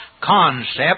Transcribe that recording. concept